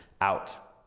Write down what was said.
out